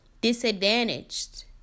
disadvantaged